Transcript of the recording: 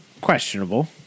questionable